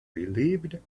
relieved